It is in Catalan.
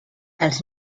als